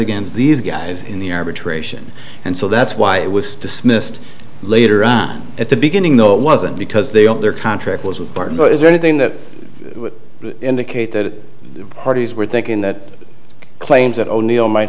against these guys in the arbitration and so that's why it was dismissed later on at the beginning though it wasn't because they want their contract was barred but is there anything that indicate that parties were thinking that claims that o'neal might